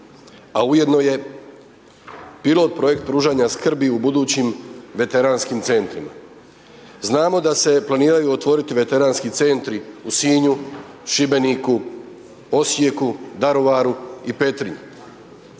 a ujedno je pilot projekt pružanja skrbi u budućim Veteranskim centrima. Znamo da se planiraju otvoriti Veteranski centri u Sinju, Šibeniku, Osijeku, Daruvaru i Petrinji.